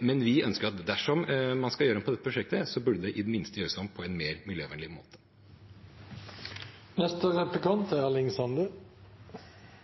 Vi ønsker at dersom man skal gjøre om på dette prosjektet, burde det i det minste gjøres om på en mer miljøvennlig